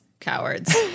cowards